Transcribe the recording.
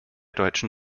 deutschen